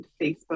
Facebook